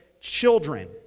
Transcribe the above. children